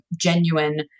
genuine